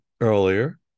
earlier